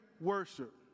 worship